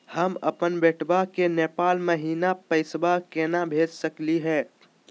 हम अपन बेटवा के नेपाल महिना पैसवा केना भेज सकली हे?